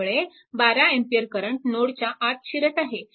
त्यामुळे 12A current नोडच्या आत शिरत आहे